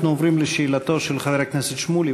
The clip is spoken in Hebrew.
אנחנו עוברים לשאלתו של חבר הכנסת שמולי,